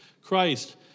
Christ